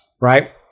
Right